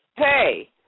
Hey